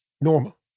normal